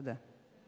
תודה.